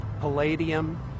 palladium